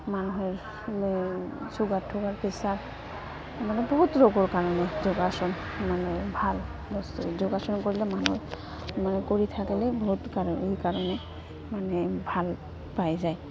sugar তুগাৰ pressure মানে বহুত ৰোগৰ কাৰণে যোগাসন মানে ভাল বস্তু যোগাসন কৰিলে মানুহৰ মানে কৰি থাকিলে বহুতণ এই কাৰণে মানে ভাল পাই যায়